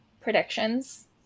predictions